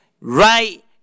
Right